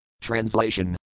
Translation